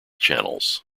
channels